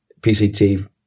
PCT